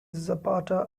zapata